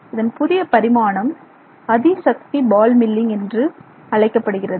இதன் புதிய பரிமாணம் அதிசக்தி பால் மில்லிங் என்றழைக்கப்படுகிறது